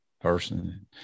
person